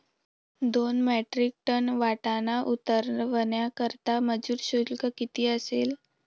दोन metric ton वाटाणा उतरवण्याकरता मजूर शुल्क किती असेल?